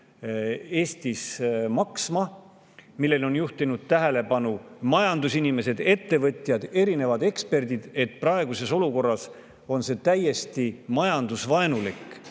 Eestis maksma. Sellele on juhtinud tähelepanu majandusinimesed, ettevõtjad, erinevad eksperdid, et praeguses olukorras on see käitumine täiesti majandusvaenulik,